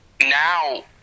now